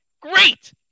Great